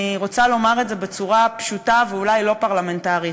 אני רוצה לומר את זה בצורה פשוטה ואולי לא פרלמנטרית: